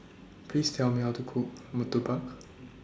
Please Tell Me How to Cook Murtabak